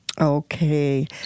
Okay